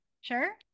Sure